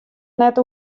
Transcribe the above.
net